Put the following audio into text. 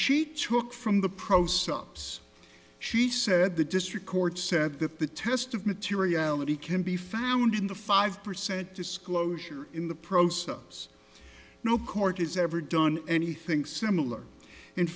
she took from the pro sups she said the district court said that the test of materiality can be found in the five percent disclosure in the process no court has ever done anything similar in